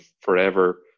forever